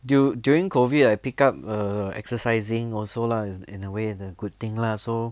du~ during COVID I pick up err exercising also lah in a way in a good thing lah so